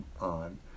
on